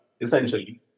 essentially